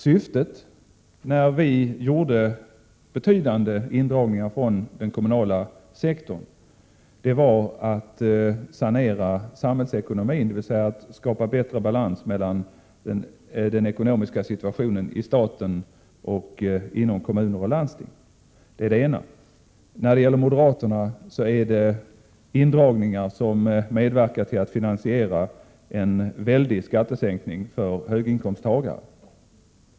Syftet när vi gjorde betydande indragningar från den kommunala sektorn var att sanera samhällsekonomin, dvs. att skapa bättre balans mellan den ekonomiska situationen i staten och den ekonomiska situationen inom kommuner och landsting. Moderaternas förslag gäller indragningar som medverkar till att finansiera en väldig skattesänkning för höginkomsttagare.